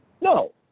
no